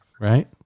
Right